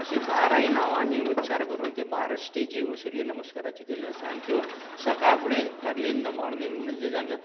अशीं बाराय नांवांनी उच्चार करून ती बारां स्टेजी सुर्य नमस्काराच्यो केल्ल्यो आसात आनी त्यो सकाळ फुडें अर्ली इन द मॉर्निंग म्हणजे जेन्ना